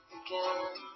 again